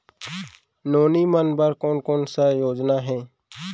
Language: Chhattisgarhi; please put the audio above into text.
नोनी मन बर कोन कोन स योजना हे?